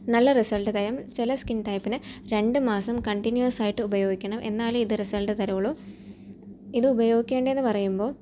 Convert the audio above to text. നല്ല റിസൽറ്റ് തരും ചില സ്കിൻ ടൈപിന് രണ്ട് മാസം കണ്ടിന്യൂസായിട്ട് ഉപയോഗിക്കണം എന്നാലെ ഇത് റിസൽറ്റ് തരുള്ളു ഇത് ഉപയോഗിക്കേണ്ട എന്ന് പറയുമ്പോൾ